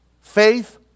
Faith